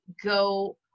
go